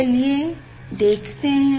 चलिये देखते हैं